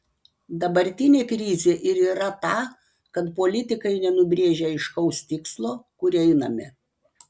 dabartinė krizė ir yra ta kad politikai nenubrėžia aiškaus tikslo kur einame